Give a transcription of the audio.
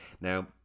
now